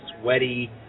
sweaty